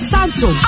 Santo